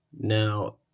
Now